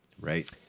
Right